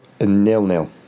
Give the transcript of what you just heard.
nil-nil